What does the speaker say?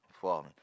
falling